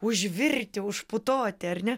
užvirti užputoti ar ne